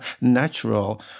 natural